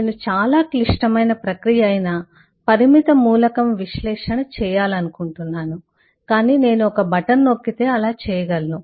నేను చాలా క్లిష్టమైన ప్రక్రియ అయిన పరిమిత మూలకం విశ్లేషణ చేయాలనుకుంటున్నాను కాని నేను ఒక బటన్ నొక్కితే అలా చేయగలను